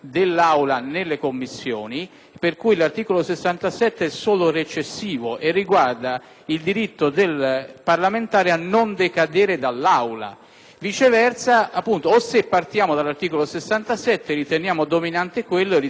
per cui l'articolo 67 è solo recessivo e riguarda il diritto del parlamentare a non decadere dall'Aula; diversamente, se partiamo dall'articolo 67, riteniamo dominante detto articolo e recessivi gli articoli 1 e 49.